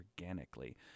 organically